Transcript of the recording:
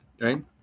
Right